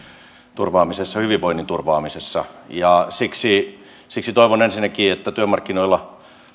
turvaamisessa ja hyvinvoinnin turvaamisessa siksi siksi toivon ensinnäkin että työmarkkinoilla